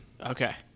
Okay